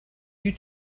you